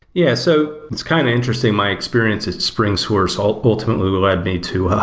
yeah. so it's kind of interesting, my experience at springsource ah ultimately led me to